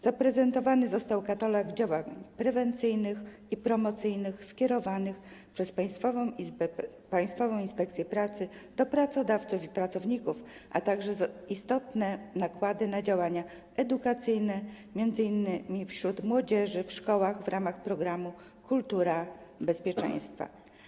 Zaprezentowany został katalog działań prewencyjnych i promocyjnych skierowanych przez Państwową Inspekcję Pracy do pracodawców i pracowników, a także istotne nakłady na działania edukacyjne, m.in. wśród młodzieży w szkołach w ramach programu „Kultura bezpieczeństwa”